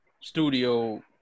studio